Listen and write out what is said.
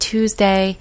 Tuesday